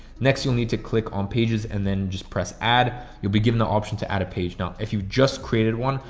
next you'll need to click on pages and then just press add. you'll be given the option to add a page. now if you just created one,